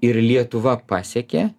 ir lietuva pasiekė